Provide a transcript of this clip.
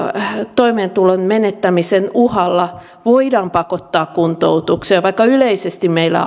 toimeentulon menettämisen uhalla voidaan pakottaa kuntoutukseen vaikka yleisesti meillä